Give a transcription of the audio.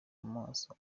amaso